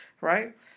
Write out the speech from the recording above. right